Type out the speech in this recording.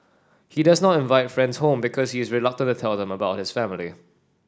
he does not invite friends home because he is reluctant to tell them about his family